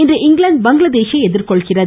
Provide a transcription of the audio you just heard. இன்று இங்கிலாந்து பங்களாதேஷை எதிர்கொள்கிறது